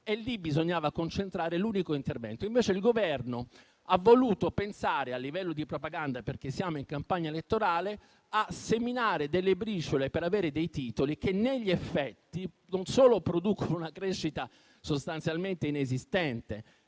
e lì bisognava concentrare l'unico intervento. Invece il Governo ha voluto pensare a livello di propaganda, perché siamo in campagna elettorale, a seminare delle briciole per avere dei titoli; briciole che negli effetti non solo producono una crescita sostanzialmente inesistente: